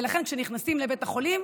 ולכן כשנכנסים לבית חולים,